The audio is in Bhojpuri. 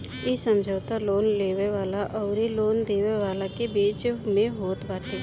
इ समझौता लोन लेवे वाला अउरी लोन देवे वाला के बीच में होत बाटे